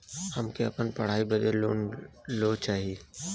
हमके अपने पढ़ाई बदे लोन लो चाही?